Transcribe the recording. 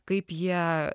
kaip jie